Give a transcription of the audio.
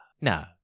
no